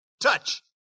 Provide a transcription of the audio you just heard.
Touch